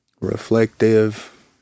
reflective